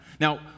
Now